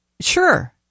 sure